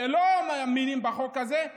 שלא מאמינים בחוק הזה,